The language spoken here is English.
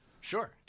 Sure